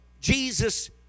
jesus